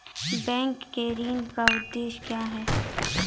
Bank के ऋण का उद्देश्य क्या हैं?